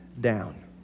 down